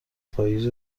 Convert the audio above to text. پائیز